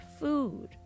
Food